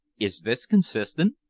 is this consistent?